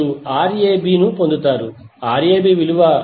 మీరు Rab పొందుతారు Rab 9